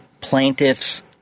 plaintiff's